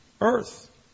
earth